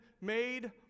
made